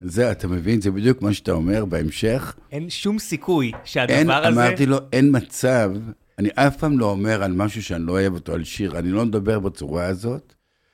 זה, אתה מבין? זה בדיוק מה שאתה אומר בהמשך. אין שום סיכוי שהדבר הזה... אמרתי לו, אין מצב. אני אף פעם לא אומר על משהו שאני לא אוהב אותו, על שיר. אני לא מדבר בצורה הזאת.